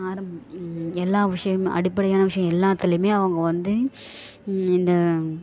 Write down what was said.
ஆரம் எல்லா விஷயமும் அடிப்படையான விஷயம் எல்லாத்துலேயுமே அவங்க வந்து இந்த